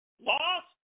lost